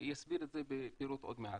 יסביר את זה בפירוט עוד מעט.